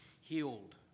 healed